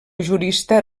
jurista